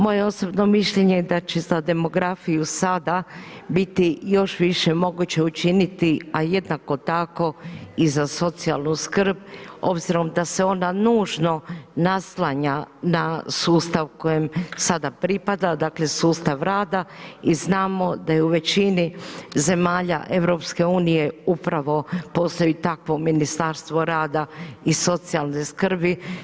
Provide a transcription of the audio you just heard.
Moje osobno mišljenje je da će za demografiju sada biti još više moguće učiniti, a jednako tako i za socijalnu skrb obzirom da se ona nužno naslanja na sustav kojem sada pripada dakle sustav rada i znamo da je u većini zemalja EU upravo postoji takvo ministarstvo rada i socijalne skrbi.